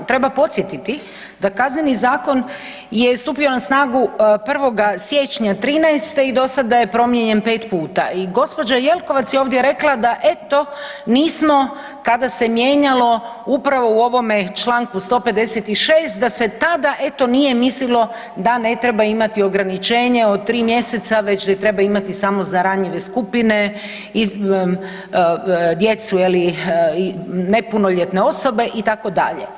Treba podsjetiti da Kazneni zakon je stupio na snagu 1. siječnja '13. i do sada je promijenjen 5 puta i gđa. Jelkovac je ovdje rekla da eto, nismo, kada se mijenjalo upravo u ovome čl. 156. da se tada eto nije mislilo da ne treba imati ograničenje od 3 mjeseca, već da treba imati samo za ranjive skupine i djecu, je li, i nepunoljetne osobe, itd.